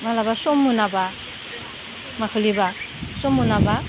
माब्लाबा सम मोनाब्ला माखालिबा सम मोनाब्ला